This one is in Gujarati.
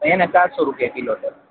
એના ચારસો રૂપિયા કિલો છે